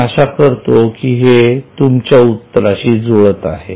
मी अशा करतो की हे तुमच्या उत्तराशी जुळत आहे